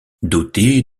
dotée